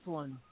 one